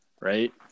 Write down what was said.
right